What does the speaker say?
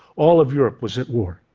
all of europe was at war.